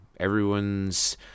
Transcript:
everyone's